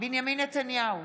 בנימין נתניהו,